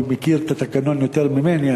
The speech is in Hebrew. הוא מכיר את התקנון יותר ממני.